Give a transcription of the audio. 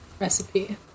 recipe